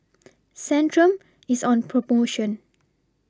Centrum IS on promotion